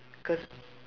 cause